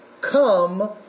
Come